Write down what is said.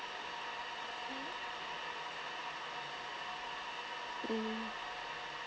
mm